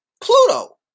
Pluto